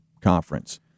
conference